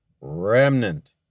remnant